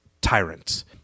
tyrants